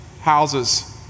houses